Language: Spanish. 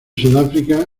sudáfrica